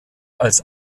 als